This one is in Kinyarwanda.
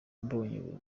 mbonye